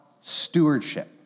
stewardship